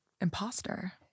Imposter